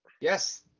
Yes